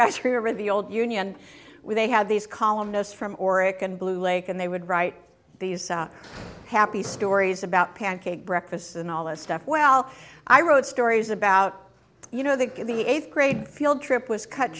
old union when they had these columnist from oric and blue lake and they would write these happy stories about pancake breakfasts and all this stuff well i wrote stories about you know the in the eighth grade field trip was cut